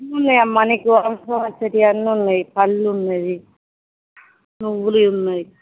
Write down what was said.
ఉన్నాయి అమ్మ నీకు అవసరం వచ్చేవి అన్నీ ఉన్నాయి పళ్ళు ఉన్నవి నువ్వులువి ఉన్నాయి